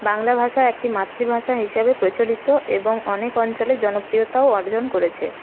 বাংলা ভাষা একটি মাতৃভাষা হিসেবে প্রচলিত এবং অনেক অঞ্চলে জনপ্রিয়তাও অর্জন করেছে